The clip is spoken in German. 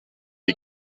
die